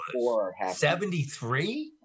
73